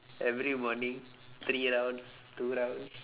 every morning three rounds two rounds